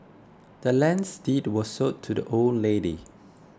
the land's deed was sold to the old lady